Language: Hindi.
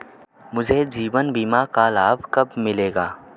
मुझे जीवन बीमा का लाभ कब मिलेगा?